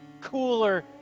cooler